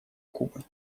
кубы